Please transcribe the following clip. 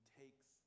takes